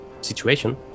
situation